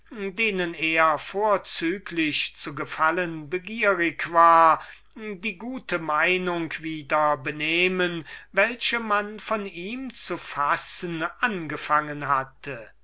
denen er vorzüglich zu gefallen begierig war die gute meinung wieder benehmen möchten welche man von ihm zu fassen angefangen hatte